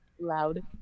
loud